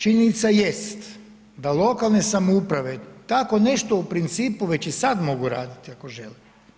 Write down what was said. Činjenica jest da lokalne samouprave tako nešto u principu već i sad mogu raditi ako žele.